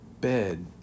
bed